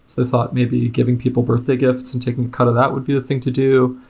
the thought maybe giving people birthday gifts and taking a cut of that would be the thing to do.